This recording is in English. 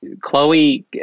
Chloe